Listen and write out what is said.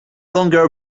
longer